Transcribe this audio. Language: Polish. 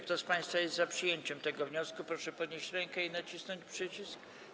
Kto z państwa jest za przyjęciem tego wniosku, proszę podnieść rękę i nacisnąć przycisk.